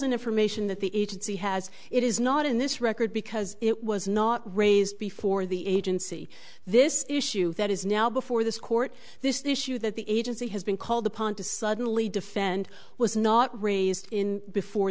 and information that the agency has it is not in this record because it was not raised before the agency this issue that is now before this court this issue that the agency has been called upon to suddenly defend was not raised in before